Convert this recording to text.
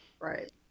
Right